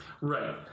Right